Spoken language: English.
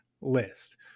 list